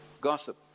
gossip